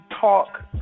talk